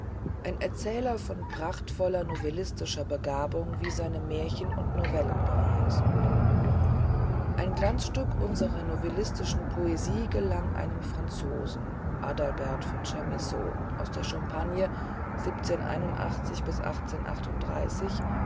ein erzähler von prachtvoller novellistischer begabung wie seine märchen und novellen beweisen ein glanzstück unserer novellistischen poesie gelang einem franzosen adalbert v chamisso aus der